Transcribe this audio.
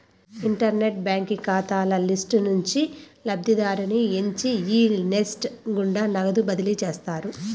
internet బాంకీ కాతాల list నుంచి లబ్ధిదారుని ఎంచి ఈ నెస్ట్ గుండా నగదు బదిలీ చేస్తారు